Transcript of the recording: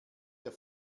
der